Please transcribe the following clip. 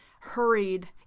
Hurried